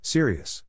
Serious